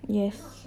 yes